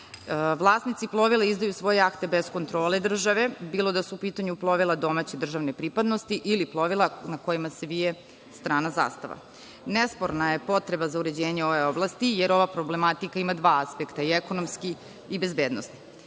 Vlasnici plovila izdaju svoje jahte bez kontrole države, bilo da su u pitanju plovila domaće državne pripadnosti ili da su plovila na kojima se vije strana zastava. Nesporna je potreba za uređenje ove oblasti jer ova problematika ima dva aspekta, i ekonomski i bezbednosni.